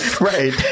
Right